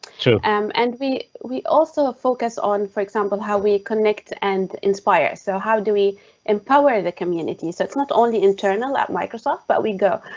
so um and we we also ah focus on, for example, how we connect and inspire. so how do we empower the community? so it's not only internal at microsoft, but we go.